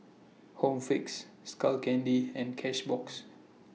Home Fix Skull Candy and Cashbox